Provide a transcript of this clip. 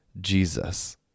Jesus